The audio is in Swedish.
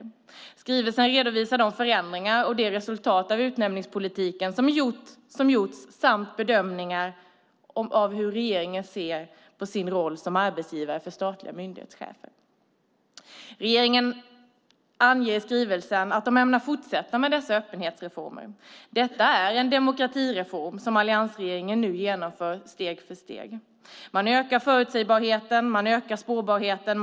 I skrivelsen redovisas resultat och de förändringar av utnämningspolitiken som gjorts samt bedömningar av hur regeringen ser på sin roll som arbetsgivare för statliga myndighetschefer. Regeringen anger i skrivelsen att man ämnar fortsätta med dessa öppenhetsreformer. Det är en demokratireform som alliansregeringen nu genomför steg för steg. Man ökar förutsägbarheten. Man ökar spårbarheten.